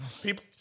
People